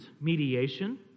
mediation